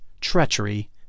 treachery